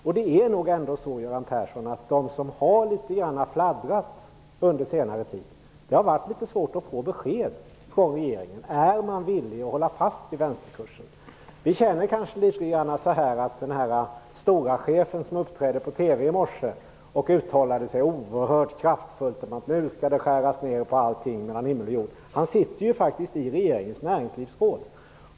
Under senare tid har det däremot varit litet svårt att få besked från regeringen om man är villig att hålla fast vid vänsterkursen. Den Stora-chef som uppträdde i TV i morse uttalade sig oerhört kraftfullt om att det skulle skäras ner på allting mellan himmel och jord. Han sitter faktiskt i regeringens näringslivsråd.